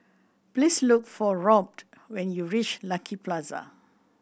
please look for Robt when you reach Lucky Plaza